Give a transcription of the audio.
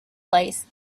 place